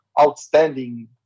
outstanding